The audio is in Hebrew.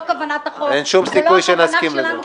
אין שום סיכוי שנסכים לזה.